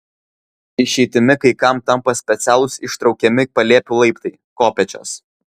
išeitimi kai kam tampa specialūs ištraukiami palėpių laiptai kopėčios